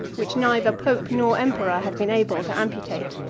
which neither pope nor emperor had been able to amputate.